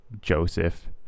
joseph